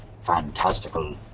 fantastical